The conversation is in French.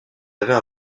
avait